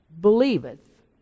believeth